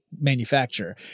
manufacture